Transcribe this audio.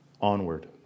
onward